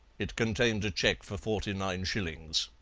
it contained a cheque for forty-nine shillings.